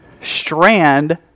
strand